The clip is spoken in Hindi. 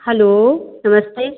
हलो नमस्ते